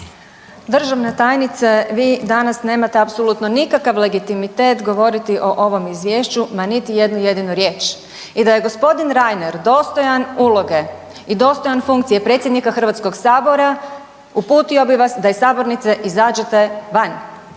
Državna tajnice, vi danas nemate apsolutno nikakav legitimitet govoriti o ovom izvješću, ma niti jednu jedinu riječ. I da je g. Reiner dostojan uloge i dostojan funkcije predsjednika HS uputio bi vas da iz sabornice izađete van.